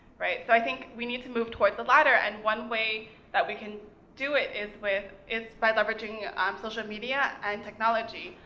right? so i think we need to move towards the latter, and one way that we can do it is with, is by leveraging um social media and technology.